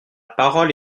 parole